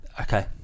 Okay